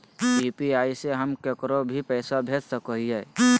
UPI से हम केकरो भी पैसा भेज सको हियै?